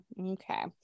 okay